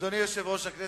אדוני יושב-ראש הכנסת,